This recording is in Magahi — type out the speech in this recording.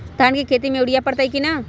धान के खेती में यूरिया परतइ कि न?